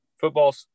Football